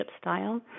style